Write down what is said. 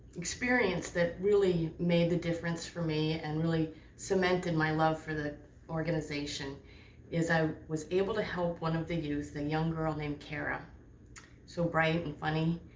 experience that really made the difference for me and really cemented my love for the organization is i was able to help one of the youth a young girl named cara so bright and funny